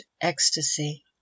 ecstasy